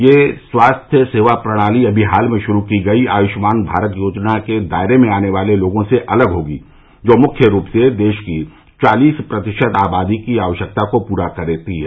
यह स्वास्थ्य सेवा प्रणाली अमी हाल ही में शुरू की गई आयुष्मान भारत योजना के दायरे में आने वाले लोगों से अलग होगी जो मुख्य रूप से देश की चालीस प्रतिशत आबादी की आवश्यकता को पूरा करते हैं